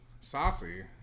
saucy